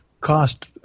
cost